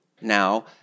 now